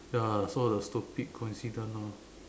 ya so the stupid coincident orh